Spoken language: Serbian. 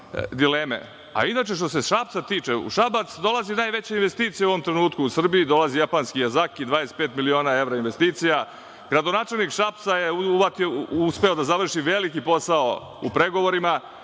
se tiče Šapca, u Šabac dolazi najveća investicija u ovom trenutku u Srbiji, dolazi japanski „Jazaki“, 25 miliona evra investicija. Gradonačelnik Šapca je uspeo da završi veliki posao u pregovorima.